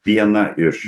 viena iš